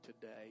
today